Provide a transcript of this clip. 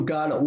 God